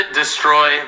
destroy